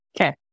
Okay